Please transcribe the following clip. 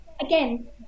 again